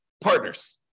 partners